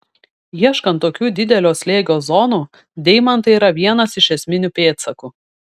ieškant tokių didelio slėgio zonų deimantai yra vienas iš esminių pėdsakų